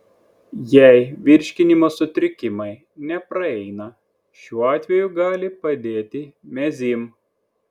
jei virškinimo sutrikimai nepraeina šiuo atveju gali padėti mezym